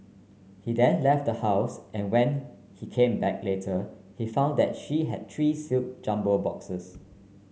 he then left the house and when he came back later he found that she had three sealed jumbo boxes